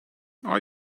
are